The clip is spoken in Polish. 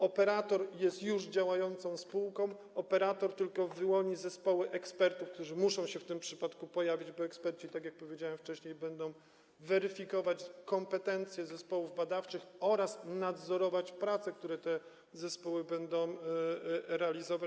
Operator jest już działającą spółką, operator tylko wyłoni zespoły ekspertów, którzy muszą się w tym przypadku pojawić, bo eksperci - tak jak powiedziałem wcześniej - będą weryfikować kompetencje zespołów badawczych oraz nadzorować prace, które te zespoły będą realizować.